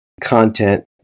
content